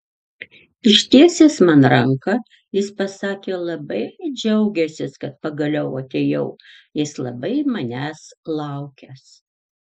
ištiesęs man ranką jis pasakė labai džiaugiąsis kad pagaliau atėjau jis labai manęs laukęs